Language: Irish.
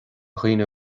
dhaoine